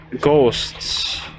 ghosts